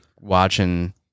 watching